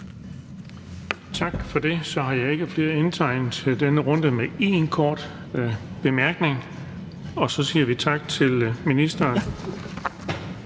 Tak for det. Så har jeg ikke flere i denne runde med kun én kort bemærkning. Så siger vi tak til ministeren